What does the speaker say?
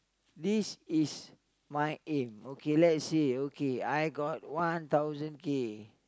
this is my aim okay lets say okay I got one thousand K